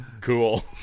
cool